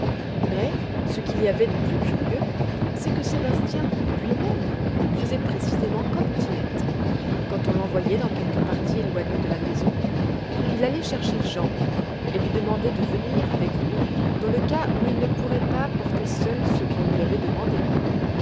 mais ce qu'il y avait de plus curieux c'est que sébastien lui-même faisait précisément comme tinette quand on l'envoyait dans quelque partie éloignée de la maison il allait chercher jean et lui demandait de venir avec lui dans le cas où il ne pourrait pas porter seul ce qu'on lui avait demandé